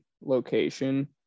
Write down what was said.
location